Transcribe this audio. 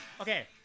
Okay